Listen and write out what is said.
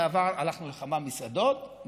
בעבר הלכנו לכמה מסעדות,